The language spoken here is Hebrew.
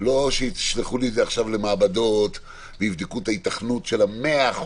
לא שישלחו עכשיו למעבדות ויבדקו את ההיתכנות של 100%,